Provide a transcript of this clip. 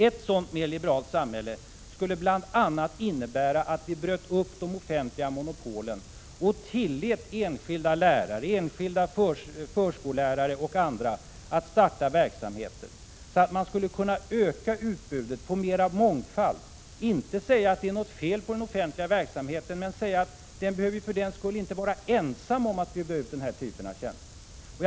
Ett sådant mer liberalt samhälle skulle bl.a. innebära att vi bröt upp de offentliga monopolen och tillät enskilda lärare, förskollärare och andra att starta verksamheter, så att utbudet skulle kunna ökas och mångfalden göras större. Inte för att det är något fel på den offentliga verksamheten, men den behöver för den skull inte vara ensam om att bjuda ut denna typ av tjänster.